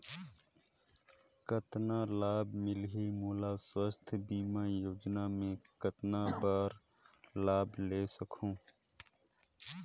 कतना लाभ मिलही मोला? स्वास्थ बीमा योजना मे कतना बार लाभ ले सकहूँ?